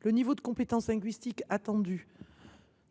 Le niveau de compétence linguistique attendue